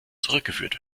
zurückgeführt